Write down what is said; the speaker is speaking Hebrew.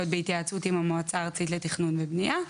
בהתייעצות עם המועצה הארצית לתכנון ובנייה.